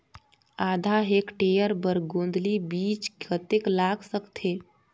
आधा हेक्टेयर बर गोंदली बीच कतेक लाग सकथे?